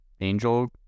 angel